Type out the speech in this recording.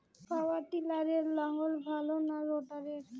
পাওয়ার টিলারে লাঙ্গল ভালো না রোটারের?